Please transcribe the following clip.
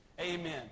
Amen